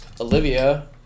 Olivia